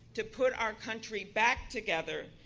to put our country back together.